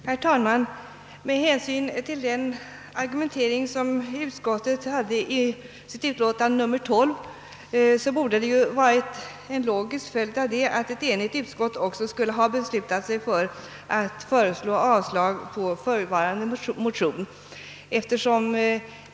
Herr talman! Med hänsyn till utskottets argumentering i sitt utlåtande nr 12 hade det varit logiskt att utskottet också i detta fall hade enhälligt föreslagit avslag på förevarande motion.